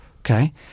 Okay